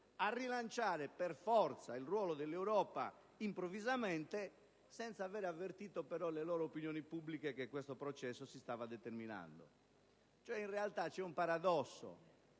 a rilanciare per forza il ruolo dell'Europa, improvvisamente, senza avere però avvertito le loro opinioni pubbliche che questo processo si stava determinando. In realtà vi è un paradosso: